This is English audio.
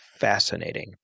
fascinating